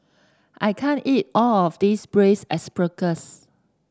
I can't eat all of this Braised Asparagus